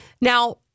Now